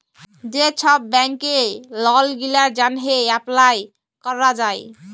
যে ছব ব্যাংকে লল গিলার জ্যনহে এপ্লায় ক্যরা যায়